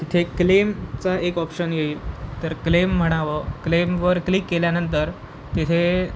तिथे एक क्लेमचा एक ऑप्शन येईल तर क्लेम म्हणावं क्लेमवर क्लिक केल्यानंतर तिथे